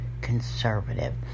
conservative